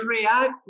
react